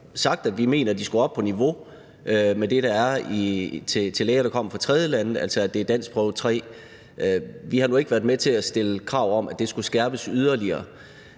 sagt, at vi mener, at de skulle op på niveau med det, der kræves af læger, der kommer fra tredjelande, altså danskprøve 3. Vi har nu ikke været med til at stille krav om, at det skulle skærpes yderligere.